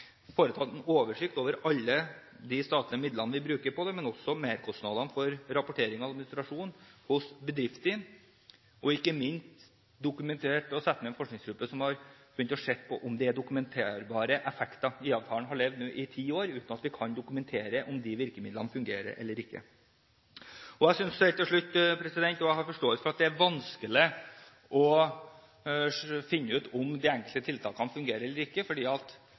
også beregnet merkostnadene for rapporteringen og administrasjonen hos bedriftene. De kunne ikke minst dokumentert det og satt ned en forskningsgruppe som hadde begynt å se på om det er dokumenterbare effekter. IA-avtalen har nå levd i ti år uten at vi kan dokumentere om virkemidlene fungerer eller ikke. Jeg vil til slutt si jeg har forståelse for at det er vanskelig å finne ut om de enkelte tiltakene fungerer eller ikke, fordi sykefravær er komplisert. Det spørs også hvilken diagnose du har, og hvilken sykdom du lider av, som gjør at